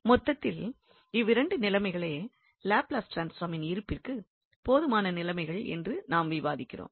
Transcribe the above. மொத்தத்தில் இவ்விரண்டு நிலைமைகளே லாப்லஸ் ட்ரான்ஸ்பார்மின் இருப்பிற்கு போதுமான நிலைமைகள் என்று நாம் விவாதிக்கிறோம்